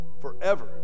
forever